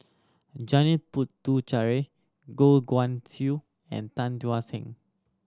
Janil Puthucheary Goh Guan Siew and Tan Thuan